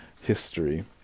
history